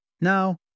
Now